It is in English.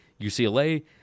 UCLA